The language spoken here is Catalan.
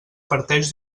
parteix